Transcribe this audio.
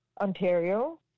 Ontario